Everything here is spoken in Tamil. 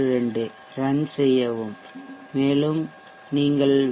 62 ரன் செய்யவும் மேலும் நீங்கள் வி